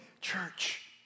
church